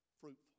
fruitful